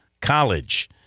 College